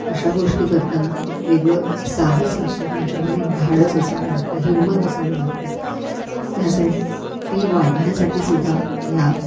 अशा गोष्टी करताना एक वेगळं साहस लागतं तुमच्यामध्ये एक धाडस असावं लागतं हिम्मत असावी लागते त्यासाट ती वाढण्यासाठी सुद्धा या